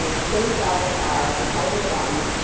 um stem cells are the cells in your body,